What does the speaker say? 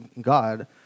God